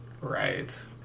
Right